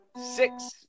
Six